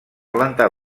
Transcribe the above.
planta